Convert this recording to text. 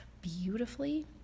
beautifully